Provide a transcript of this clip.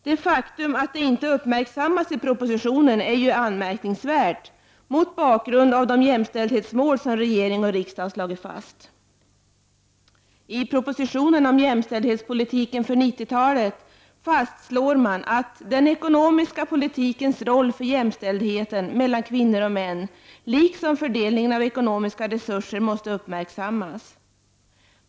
Det faktum att detta inte uppmärksammas i propositionen är anmärkningsvärt mot bakgrund av de jämställdhetsmål som regering och riksdag har slagit fast. I propositionen om jämställdhetspolitiken inför 90-talet fastslår man att den ekonomiska politikens roll för jämställdheten mellan kvinnor och män, liksom för fördelningen av ekonomiska resurser, måste uppmärksammas.